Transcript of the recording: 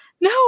No